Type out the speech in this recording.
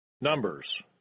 Numbers